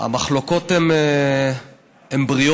המחלוקות הן בריאות.